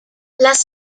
las